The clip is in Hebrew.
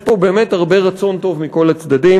יש פה באמת הרבה רצון טוב מכל הצדדים.